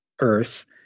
earth